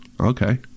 Okay